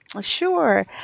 Sure